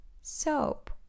Soap